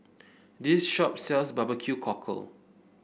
this shop sells bbq cockle